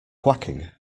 quacking